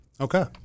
Okay